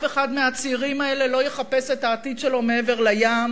אף אחד מהצעירים האלה לא יחפש את העתיד שלו מעבר לים,